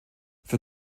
für